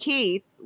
Keith